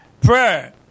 prayer